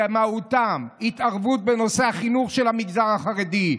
שמהותם היא התערבות בנושא החינוך של המגזר החרדי,